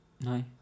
No